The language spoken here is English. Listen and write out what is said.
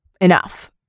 enough